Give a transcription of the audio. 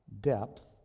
depth